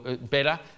better